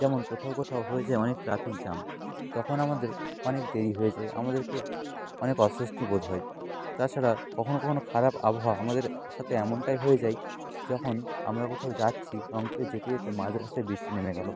যেমন কোথাও কোথাও হয়েছে অনেক ট্রাফিক জ্যাম তখন আমাদের অনেক দেরি হয়েছে আমাদেরকে অনেক অস্বস্তি বোধ হয় তাছাড়া কখনও কখনও খারাপ আবহাওয়া আমাদের সাথে এমনটাই হয়ে যায় যখন আমরা কোথাও যাচ্ছি লং ট্যুরে যেতে যেতে মাঝরাস্তায় বৃষ্টি নেমে গেল